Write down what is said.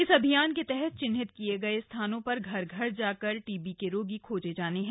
इस अभियान के तहत चिन्हित किए गए स्थानों पर घर घर जाकर टीबी के रोगी खोजे जाने हैं